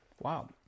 Wow